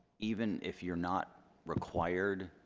even if you're not required,